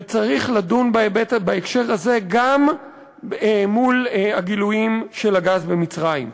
וצריך לדון בהקשר הזה גם מול הגילויים של הגז במצרים.